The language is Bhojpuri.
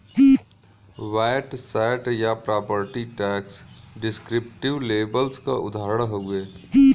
वैट सैट या प्रॉपर्टी टैक्स डिस्क्रिप्टिव लेबल्स क उदाहरण हउवे